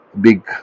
big